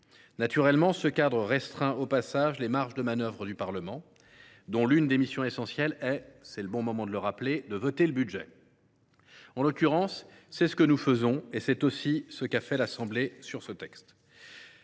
Naturellement, ce cadre restreint au passage les marges de manœuvre du Parlement, dont l’une des missions essentielles – c’est le bon moment pour le rappeler – est de voter le budget. En l’occurrence, c’est ce que nous faisons, et c’est aussi ce qu’a fait l’Assemblée nationale sur ce texte.